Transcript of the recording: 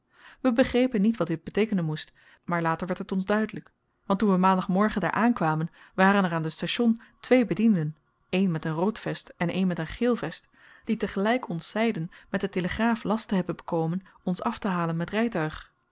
wy begrepen niet wat dit beteekenen moest maar later werd het ons duidelyk want toen we maandagmorgen daar aankwamen waren er aan de station twee bedienden één met een rood vest en één met een geel vest die tegelyk ons zeiden met den telegraaf last te hebben bekomen ons aftehalen met rytuig